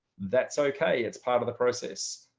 that's okay, it's part of the process.